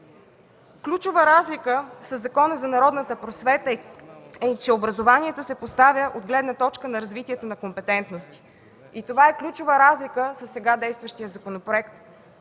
Ключова разлика със Закона за народната просвета е, че образованието се поставя от гледна точка на развитието на компетентности. Това е ключова разлика със сега действащия закон, защото